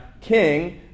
king